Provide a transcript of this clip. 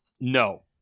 no